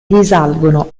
risalgono